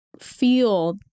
feel